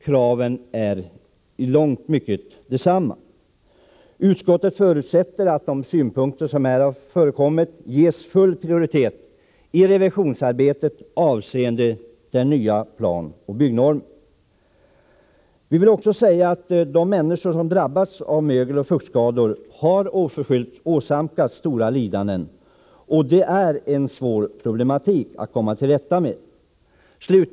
Kraven är i mycket desamma. Utskottet förutsätter att de synpunkter som här har framkommit ges full prioritet i revisionsarbetet avseende den nya planoch byggnormen. Vi vill också säga att de människor som drabbats av mögeloch fuktskador oförskyllt har åsamkats stora lidanden, och det är en svår problematik att komma till rätta med detta.